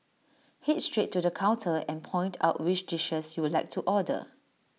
Head straight to the counter and point out which dishes you'd like to order